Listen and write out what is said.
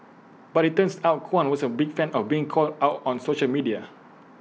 but IT turns out Kwan wasn't A big fan of being called out on social media